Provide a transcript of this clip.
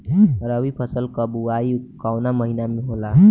रबी फसल क बुवाई कवना महीना में होला?